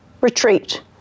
retreat